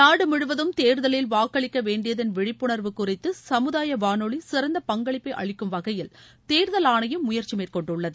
நாடு முழுவதும் தேர்தலில் வாக்களிக்க வேண்டியதன் விழிப்புணர்வு குறித்து சமுதாய வானொலி சிறந்த பங்களிப்பை அளிக்கும் வகையில் தேர்தல் ஆணையம் முயற்சி மேற்கொண்டுள்ளது